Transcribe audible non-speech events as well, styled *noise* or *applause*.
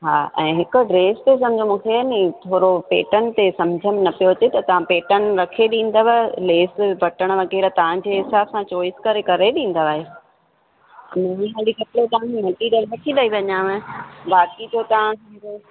हा ऐं हिकु ड्रेस ते मूंखे नी थोरो पेटर्न सम्झ में न पियो अचे त तव्हां पेटर्न रखे ॾींदव लेस बटण वग़ैरह तव्हांजे हिसाब सां चॉइस करे करे ॾींदा आहियो *unintelligible* वठी ॾेई वञाव बाक़ी त तव्हां